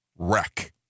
Wreck